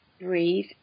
breathe